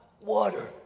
water